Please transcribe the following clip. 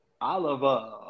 Oliver